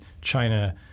China